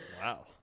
Wow